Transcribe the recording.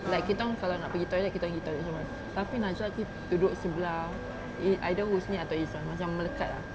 like kita orang kalau nak pergi toilet kita orang pergi toilet semua tapi najlah duduk sebelah either husni atau izuan macam melekat lah